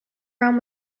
round